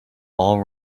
all